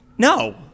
No